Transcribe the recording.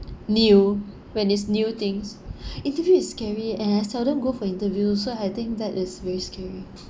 new when it's new things interview is scary and I seldom go for interview so I think that is very scary